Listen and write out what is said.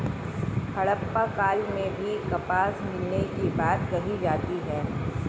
हड़प्पा काल में भी कपास मिलने की बात कही जाती है